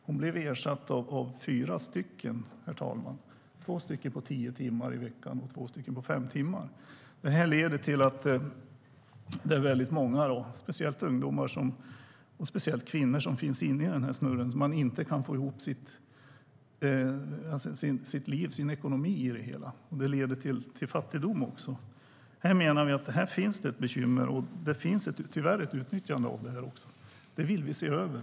Hon blev, herr talman, ersatt av fyra personer, två på tio timmar i veckan och två på fem timmar i veckan. Vi menar att det finns ett bekymmer här, och det finns tyvärr ett utnyttjande av detta också. Detta vill vi se över.